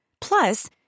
Plus